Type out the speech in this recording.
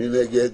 מי נגד?